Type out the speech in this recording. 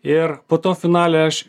ir po to finale aš